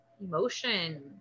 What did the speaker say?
emotion